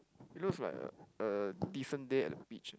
it looks like a a different day at the beach